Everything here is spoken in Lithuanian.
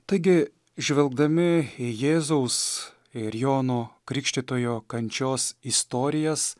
taigi žvelgdami į jėzaus ir jono krikštytojo kančios istorijas